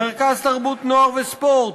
מרכז תרבות נוער וספורט,